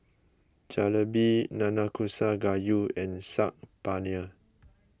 Jalebi Nanakusa Gayu and Saag Paneer